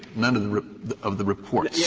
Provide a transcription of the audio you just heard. none of the of the reports. yeah